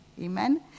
Amen